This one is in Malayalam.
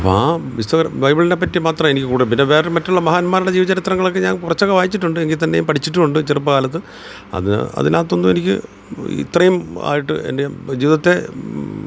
ആ മിസ്റ്റർ ബൈബിളിനെ പറ്റി മാത്രമേ എനിക്ക് കൂടുതൽ പിന്നെ വേറൊരു മറ്റുള്ള മഹാന്മാരുടെ ജീവചരിത്രങ്ങളൊക്കെ ഞാൻ കുറച്ചൊക്കെ വായിച്ചിട്ടുണ്ട് എങ്കിൽ തന്നെയും പഠിച്ചിട്ടുമുണ്ട് ചെറുപ്പ കാലത്ത് അത് അതിനകത്തു നിന്ന് എനിക്ക് ഇത്രയും ആയിട്ട് എൻ്റെ ജീവിതത്തെ